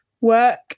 work